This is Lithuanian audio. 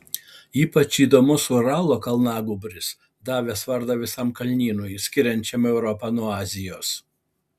ypač įdomus uralo kalnagūbris davęs vardą visam kalnynui skiriančiam europą nuo azijos